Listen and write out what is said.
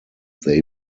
they